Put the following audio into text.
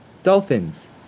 Dolphins